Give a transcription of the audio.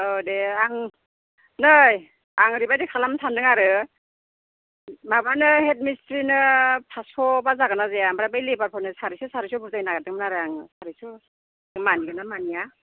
औ दे आं नै आं ओरैबादि खालामनो सान्दों आरो माबानो हेड मिस्ट्रिनो पासस' बा जागोन ना जाया ओमफ्राय बे लेबारफोरनो सारिस' सारिस' बुजायनो नागिरदोंमोन आरो आं सारिस' मानिगोनना मानिया